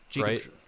right